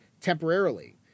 temporarily